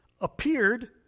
appeared